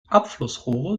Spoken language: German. abflussrohre